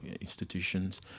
institutions